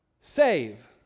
save